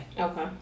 Okay